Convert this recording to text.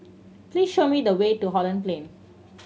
please show me the way to Holland Plain